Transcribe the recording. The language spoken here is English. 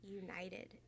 united